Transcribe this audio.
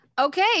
Okay